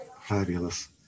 fabulous